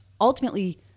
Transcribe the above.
ultimately